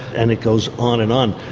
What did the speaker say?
and it goes on and on.